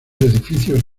edificios